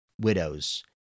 widows